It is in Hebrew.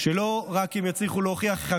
לא רק אם יצליחו להוכיח,